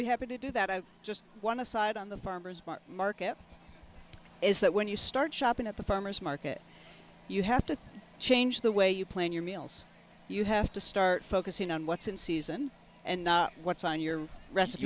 be happy to do that i just want to side on the farmers market is that when you start shopping at the farmer's market you have to change the way you plan your meals you have to start focusing on what's in season and what's on your re